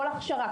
כל הכשרה,